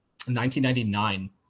1999